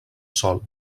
sol